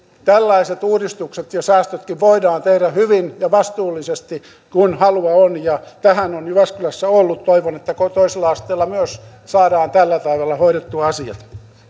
tällaiset uudistukset ja säästötkin voidaan tehdä hyvin ja vastuullisesti kun halua on ja jyväskylässä on ollut toivon että toisella asteella myös saadaan tällä tavalla hoidettua asiat